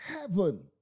heaven